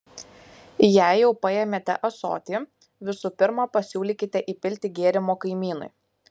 jei jau paėmėte ąsotį visų pirma pasiūlykite įpilti gėrimo kaimynui